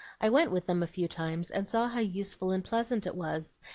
i went with them a few times, and saw how useful and pleasant it was,